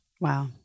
Wow